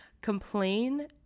complain